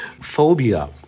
phobia